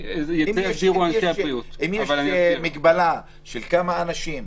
ולכן, דווקא בגלל כל מה שאמרנו,